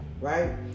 right